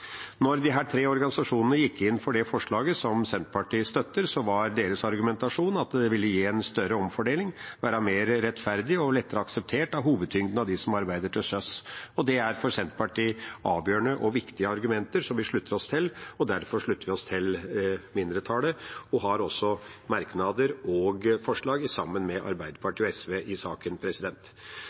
Når de tre organisasjonene gikk inn for det forslaget, som Senterpartiet støtter, var deres argumentasjon at det ville gi en større omfordeling, være mer rettferdig og bli lettere akseptert av hovedtyngden av dem som arbeider til sjøs. Det er for Senterpartiet avgjørende og viktige argumenter, som vi slutter oss til. Derfor slutter vi oss til mindretallet og har merknader og forslag sammen med Arbeiderpartiet og SV i saken.